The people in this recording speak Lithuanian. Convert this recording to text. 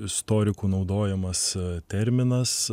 istorikų naudojamas terminas